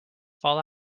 fall